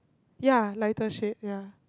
ya lighter shade ya